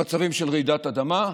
במצבים של רעידת אדמה,